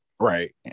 Right